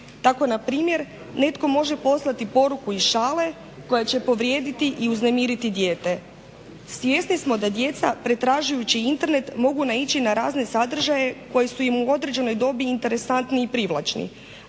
Tako na primjer netko može poslati poruku iz šale koja će povrijediti i uznemiriti dijete. Svjesni smo da djeca pretražujući Internet mogu naići na razne sadržaje koji su im u određenoj dobi interesantni i privlačni,